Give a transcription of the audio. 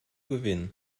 gewinnen